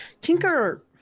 Tinker